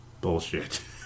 Bullshit